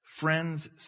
Friends